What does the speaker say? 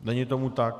Není tomu tak.